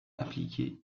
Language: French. appliquée